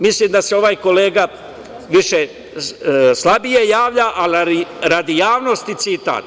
Mislim da se ovaj kolega slabije javlja, ali radi javnosti citat.